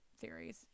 theories